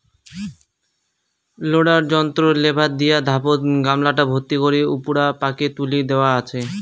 loader যন্ত্রর lever দিয়া ধাতব গামলাটা ভর্তি করি উপুরা পাকে তুলি দ্যাওয়া আচে